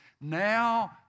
Now